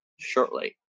shortly